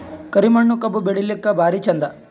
ಕರಿ ಮಣ್ಣು ಕಬ್ಬು ಬೆಳಿಲ್ಲಾಕ ಭಾರಿ ಚಂದ?